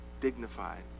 dignified